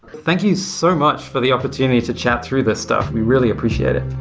thank you so much for the opportunity to chat through this stuff. we really appreciate it.